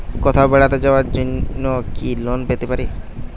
কোথাও বেড়াতে যাওয়ার জন্য কি লোন পেতে পারি?